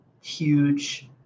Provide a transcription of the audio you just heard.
huge